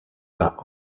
par